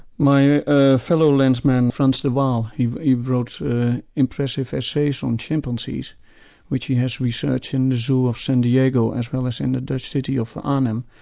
my ah fellow landsman franz de waal, he wrote impressive essays on chimpanzees which he has researched in the zoo of san diego as well as in the dutch city of arnhem,